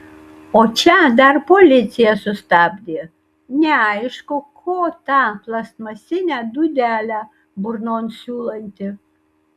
o čia dar policija sustabdė neaišku ko tą plastmasinę dūdelę burnon siūlanti